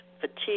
fatigue